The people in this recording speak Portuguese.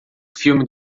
filme